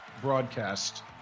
broadcast